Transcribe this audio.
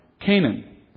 Canaan